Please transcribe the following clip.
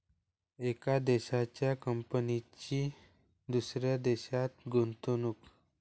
एका देशाच्या कंपनीची दुसऱ्या देशात गुंतवणूक